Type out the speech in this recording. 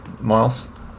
Miles